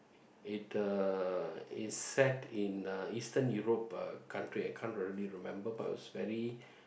it uh is set in a Eastern Europe uh country I can't really remember but it was very